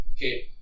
Okay